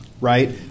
right